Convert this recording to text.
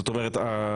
זאת אומרת,